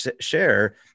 share